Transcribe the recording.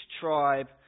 tribe